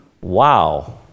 Wow